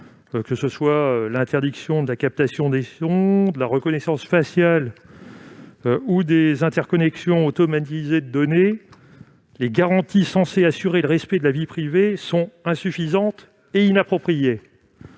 lois, comme l'interdiction de la captation des sons, de la reconnaissance faciale et des interconnexions automatisées de données, les garanties censées assurer le respect de la vie privée sont insuffisantes et inappropriées.